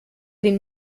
den